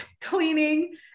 cleaning